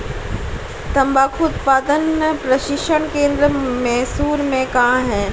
तंबाकू उत्पादन प्रशिक्षण केंद्र मैसूर में कहाँ है?